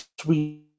sweet